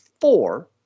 four